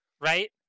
right